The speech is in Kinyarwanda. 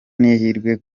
n’ihirwe